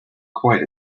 quite